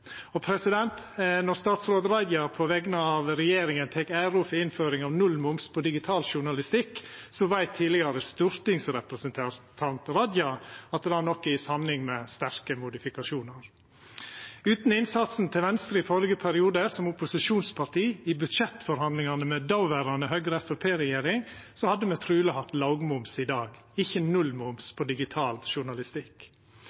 Når statsråd Raja på vegner av regjeringa tek æra for innføring av nullmoms på digital journalistikk, veit tidlegare stortingsrepresentant Raja at det nok er ei sanning med sterke modifikasjonar. Utan innsatsen til Venstre i førre periode som opposisjonsparti i budsjettforhandlingane med dåverande Høgre–Framstegsparti-regjering, hadde me truleg hatt lågmoms på digital journalistikk i dag, ikkje